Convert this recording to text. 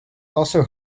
also